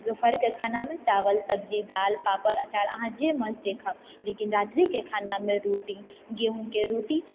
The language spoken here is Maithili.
दुपहरके खानामे चावल सब्जी दालि पापड़ अँचार अहाँ जे मनसँ खाओ लेकिन रात्रिके खानामे रोटी गेहुँके रोटी